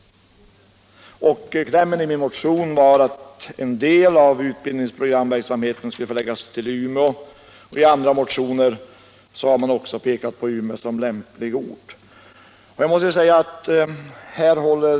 I klämmen till min motion hemställde jag att en del av utbildningsprogramverksamheten skulle förläggas till Umeå. Också i andra motioner har man visat på Umeå som lämplig ort.